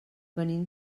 venim